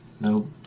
no